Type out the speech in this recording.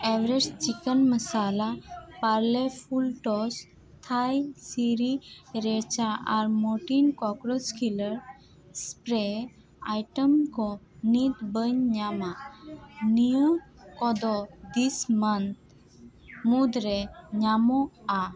Everest chicken masala Parle Fulltoss Thai sriracha ᱟᱨ Mortein cockroach killer spray item ᱠᱚ ᱱᱤᱛᱳᱜ ᱵᱟᱹᱧ ᱧᱟᱢᱟ ᱱᱤᱭᱟᱹ ᱠᱚᱫᱚ ᱫᱤᱥ ᱢᱟᱱᱛᱷ ᱢᱩᱫᱽᱨᱮ ᱧᱟᱢᱚᱜᱼᱟ